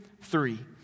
three